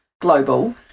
global